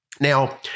Now